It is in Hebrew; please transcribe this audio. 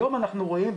היום אנחנו רואים,